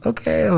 Okay